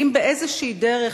האם באיזושהי דרך,